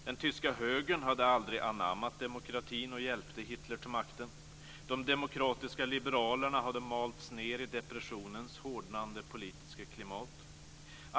Den tyska högern hade aldrig anammat demokratin och hjälpte Hitler till makten. De demokratiska liberalerna hade malts ned i depressionens hårdnande politiska klimat.